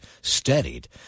steadied